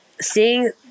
seeing